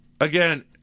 Again